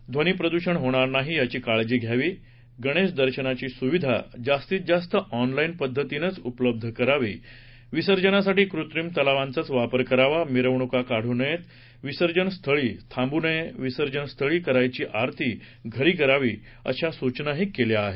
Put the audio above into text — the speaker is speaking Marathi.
ध्वनीप्रदूषण होणार नाही याची काळजी घ्यावी गणेश दर्शनाची सुविधा जास्तीत जास्त ऑनलाईन पध्दतीनच उपलब्ध करावी विसर्जनासाठी कृत्रिम तलावांचाच वापर करावा मिरवणुका काढू नयेत विसर्जनास्थळी थांबू नये विसर्जनस्थळी करायची आरती घरी करावी अशा सूचनाही केल्या आहेत